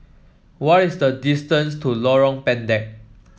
what is the distance to Lorong Pendek